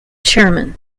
chairman